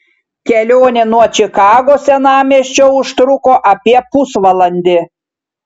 kelionė nuo čikagos senamiesčio užtruko apie pusvalandį